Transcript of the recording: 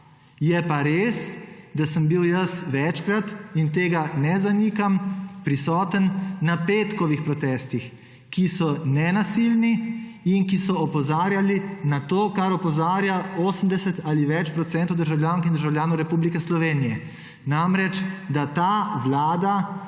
Je pa res, da sem bil jaz večkrat in tega ne zanikam, prisoten na petkovih protestih, ki so nenasilni in ki so opozarjali na to kar opozarja 80 ali več procentov državljank in državljanov Republike Slovenije. Namreč, da ta Vlada